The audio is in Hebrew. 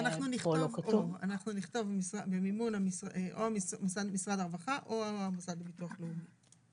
נכתוב במימון משרד הרווחה או המוסד לביטוח לאומי.